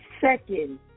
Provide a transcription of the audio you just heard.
second